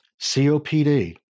COPD